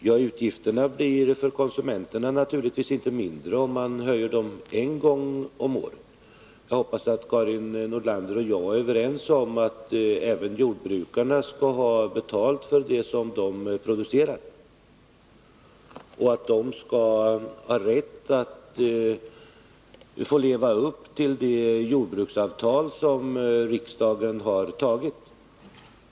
Ja, utgifterna blir för konsumenterna naturligtvis inte mindre, om man höjer priserna en gång om året. Jag hoppas att Karin Nordlander och jag är överens om att även jordbrukarna skall ha betalt för det som de producerar och att de skall ha rätt att få leva upp till det jordbruksavtal som riksdagen har godkänt.